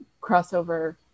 crossover